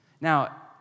Now